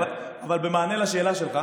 אבל במענה לשאלה שלך,